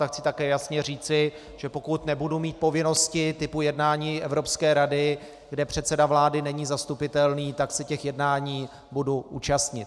A chci také jasně říci, že pokud nebudu mít povinnosti typu jednání Evropské rady, kde předseda vlády není zastupitelný, tak se těch jednání budu účastnit.